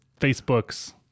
Facebook's